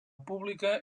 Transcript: pública